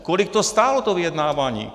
Kolik to stálo, to vyjednávání?